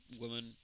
woman